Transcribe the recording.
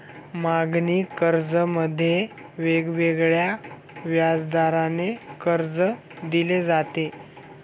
मागणी कर्जामध्ये वेगवेगळ्या व्याजदराने कर्ज दिले जाते